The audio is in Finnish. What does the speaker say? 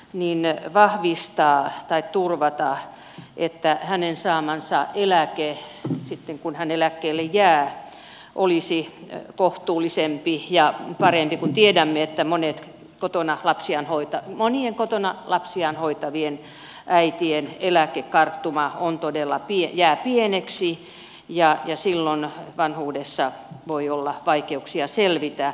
niin ne vahvistaa tai ajan että hänen saamansa eläke sitten kun hän eläkkeelle jää olisi kohtuullisempi ja parempi kun tiedämme että monien kotona lapsiaan hoitavien äitien eläkekarttuma jää pieneksi ja silloin vanhuudessa voi olla vaikeuksia selvitä